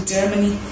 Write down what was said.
Germany